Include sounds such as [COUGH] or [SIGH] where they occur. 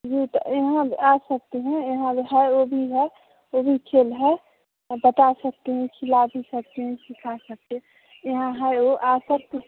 जी तो यहाँ आ सकते हैं यहाँ [UNINTELLIGIBLE] वह भी है सभी भी खेल हैं और बता सकते हैं खिला भी सकते है सिखा सकते यहाँ है आ सकते